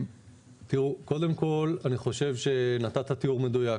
תראו, קודם כל אני חושב שנתת תיאור מדויק.